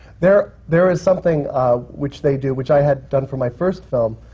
there there is something which they do, which i had done for my first film,